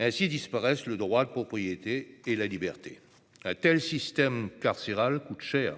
Ainsi disparaissent le droit de propriété et la liberté. Un tel système carcéral coûte cher.